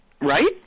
Right